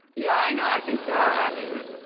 yeah, i know. i think there are options.